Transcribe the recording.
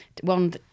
One